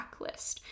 backlist